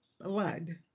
blood